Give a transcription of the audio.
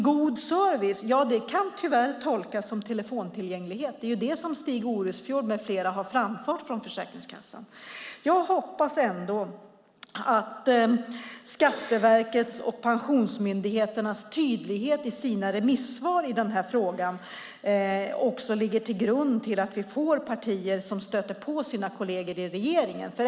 God service kan tyvärr tolkas som telefontillgänglighet. Det är det Stig Orustfjord med flera har framfört från Försäkringskassan. Jag hoppas ändå att Skatteverkets och Pensionsmyndighetens tydlighet i sina remissvar i frågan också ligger till grund för att vi får partier som stöter på sina kolleger i regeringen.